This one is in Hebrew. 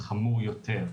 חמור יותר.